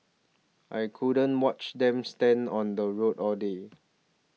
I couldn't watch them stand on the road all day